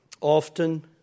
often